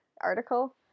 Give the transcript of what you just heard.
article